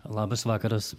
labas vakaras